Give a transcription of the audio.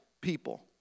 people